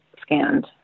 scanned